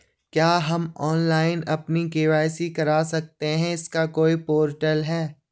क्या हम ऑनलाइन अपनी के.वाई.सी करा सकते हैं इसका कोई पोर्टल है?